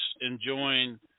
enjoying